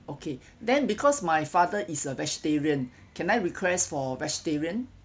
okay then because my father is a vegetarian can I request for vegetarian